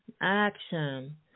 action